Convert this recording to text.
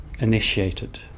initiated